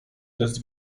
test